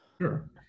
Sure